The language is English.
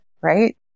right